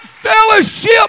fellowship